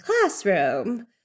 classroom